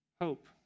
hope